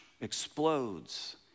explodes